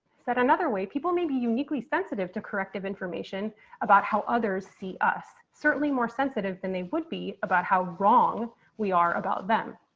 said another way, people may be uniquely sensitive to corrective information about how others see us certainly more sensitive than they would be about how wrong we are about them.